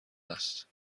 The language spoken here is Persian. است